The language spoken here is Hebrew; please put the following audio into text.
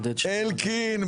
עודד --- אלקין,